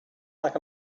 like